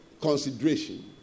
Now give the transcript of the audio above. consideration